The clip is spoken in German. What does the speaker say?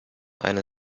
eine